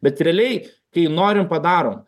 bet realiai kai norim padarom